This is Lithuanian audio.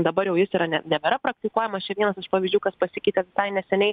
dabar jau jis yra ne nebėra praktikuojamas čia vienas iš pavyzdžių kas pasikeitė visai neseniai